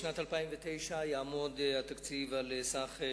בשנת 2009 יעמוד התקציב על סכום